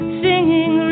singing